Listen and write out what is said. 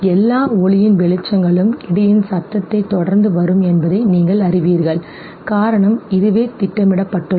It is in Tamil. எல்லா ஒளியின் வெளிச்சங்களும் இடியின் சத்தத்தைத் தொடர்ந்து வரும் என்பதை நீங்கள் அறிவீர்கள் காரணம் இதுவே திட்டமிடப்பட்டுள்ளது